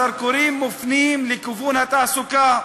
הזרקורים מופנים לכיוון התעסוקה,